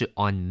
on